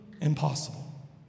impossible